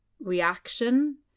reaction